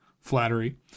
flattery